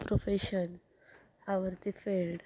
profession आवडती field